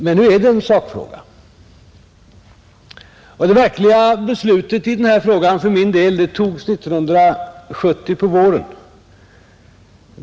Men nu är det en sakfråga, och det verkliga beslutet i den här frågan för min del togs 1970 på våren.